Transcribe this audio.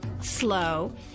slow